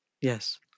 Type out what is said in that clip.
Yes